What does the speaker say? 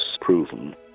proven